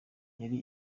yari